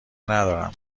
ندارم